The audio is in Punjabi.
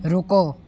ਰੁਕੋ